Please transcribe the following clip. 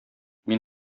мин